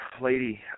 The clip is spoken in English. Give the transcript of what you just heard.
lady